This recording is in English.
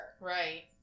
Right